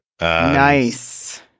Nice